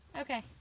Okay